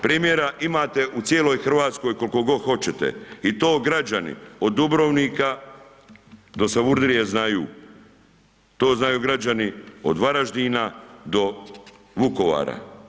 Primjera imate u cijeloj Hrvatskoj koliko god hoćete i to građani od Dubrovnika do Savudrije znaju, to znaju građani od Varaždina do Vukovara.